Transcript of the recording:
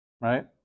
Right